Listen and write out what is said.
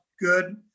good